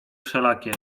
wszelakie